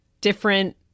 different